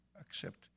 accept